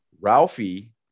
Ralphie